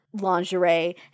lingerie